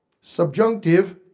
subjunctive